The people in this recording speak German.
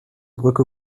brücke